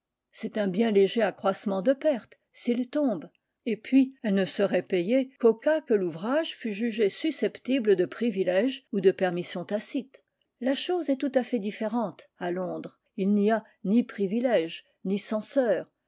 c'est un bien léger accroissement de perte s'il tombe et puis elle ne serait payée qu'au cas que l'ouvrage fût jugé susceptible de privilège ou de permission tacite la chose est tout à fait différente à londres il n'y a ni privilèges ni censeurs